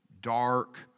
dark